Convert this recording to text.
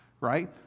right